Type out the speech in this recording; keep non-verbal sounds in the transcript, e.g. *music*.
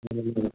*unintelligible*